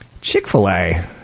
Chick-fil-A